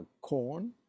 corn